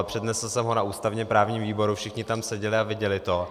Přednesl jsem ho na ústavněprávním výboru, všichni tam seděli a viděli to.